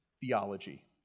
theology